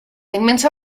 inmensa